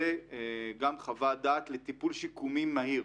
וגם חוות דעת לטיפול שיקומי מהיר.